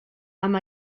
amb